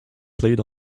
played